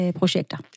projekter